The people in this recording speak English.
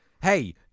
hey